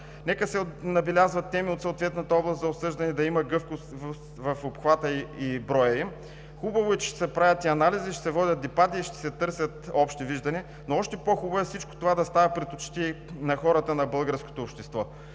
нека се набелязват теми от съответната област за обсъждане и да има гъвкавост в обхвата и броя им. Хубаво е, че ще се правят анализи, ще се водят дебати и ще се търсят общи виждания, но още по хубаво е всичко това да става пред очите на хората – на българското общество.